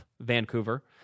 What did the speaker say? Vancouver